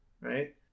Right